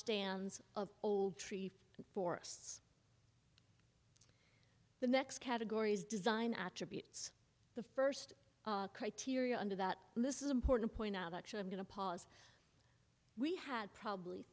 stands of old tree forests the next categories design attributes the first criteria under that this is important to point out actually i'm going to pause we had probably